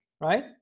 right